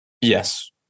Yes